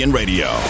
radio